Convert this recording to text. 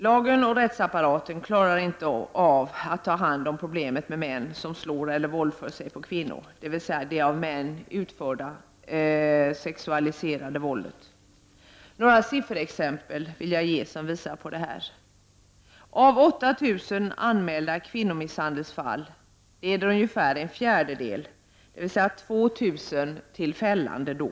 Lagen och rättsapparaten klarar inte av att ta hand om problemet med män som slår eller våldför sig på kvinnor, dvs. det av män utförda sexualiserade våldet. Några sifferexempel: Av 8 000 anmälda kvinnomisshandelsfall leder ungefär en fjärdedel, dvs. 2 000, till fällande dom.